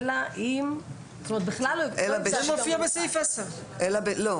זה מופיע בסעיף 10. לא,